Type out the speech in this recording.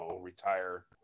retire